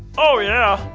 oh yeah,